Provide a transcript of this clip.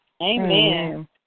Amen